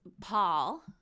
Paul